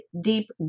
deep